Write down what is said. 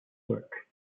work